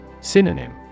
Synonym